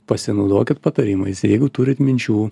pasinaudokit patarimais jeigu turit minčių